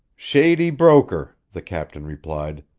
shady broker, the captain replied.